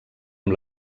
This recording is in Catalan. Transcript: amb